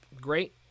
great